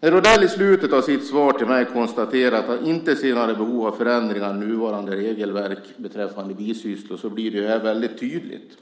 När Odell i slutet av sitt svar till mig konstaterar att han inte ser några behov av förändringar i nuvarande regelverk beträffande bisysslor blir det här väldigt tydligt.